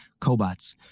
cobots